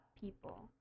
people